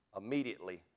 Immediately